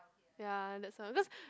ya that's why because